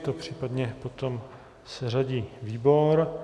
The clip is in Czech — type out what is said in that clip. To případně potom seřadí výbor.